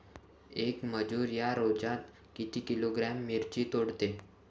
येक मजूर या रोजात किती किलोग्रॅम मिरची तोडते?